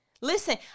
Listen